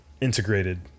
integrated